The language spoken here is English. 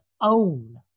own